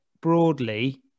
broadly